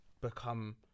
become